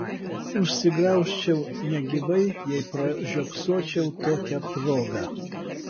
užsigraužčiau negyvai jei pražiopsočiau tokią progą